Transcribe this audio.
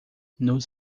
nos